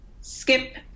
skip